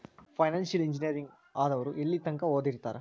Financial ಇಂಜಿನಿಯರಗಳು ಆದವ್ರು ಯೆಲ್ಲಿತಂಕಾ ಓದಿರ್ತಾರ?